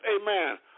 amen